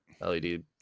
LED